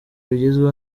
bigezweho